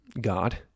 God